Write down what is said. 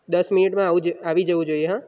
દસ મિનિટમાં આવી જવું જોઈએ હા